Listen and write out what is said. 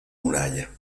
muralla